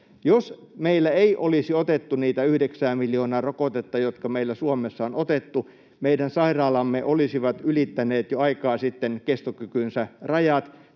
Jos ei olisi otettu niitä 9:ää miljoonaa rokotetta, jotka meillä Suomessa on otettu, meidän sairaalamme olisivat ylittäneet jo aikaa sitten kestokykynsä rajat.